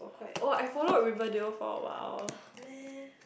oh I followed Riverdale for awhile